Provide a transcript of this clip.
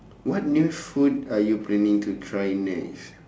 what new food are you planning to try next